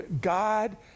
God